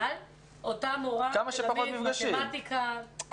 אותה מורה תלמד מתמטיקה.